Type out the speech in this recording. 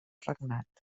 regnat